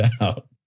out